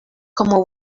como